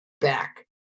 back